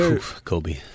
Kobe